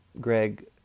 Greg